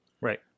Right